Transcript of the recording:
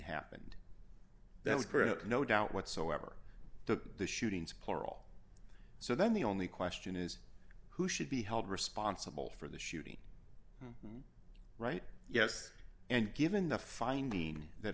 happened that was current no doubt whatsoever to the shootings plural so then the only question is who should be held responsible for the shooting right yes and given the finding that